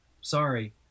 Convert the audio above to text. Sorry